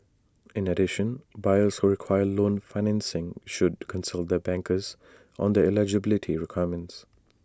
in addition buyers who require loan financing should consult their bankers on their eligibility requirements